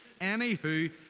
Anywho